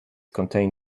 contain